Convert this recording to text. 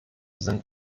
sind